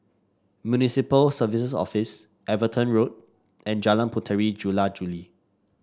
Municipal Services Office Everton Road and Jalan Puteri Jula Juli